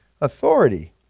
Authority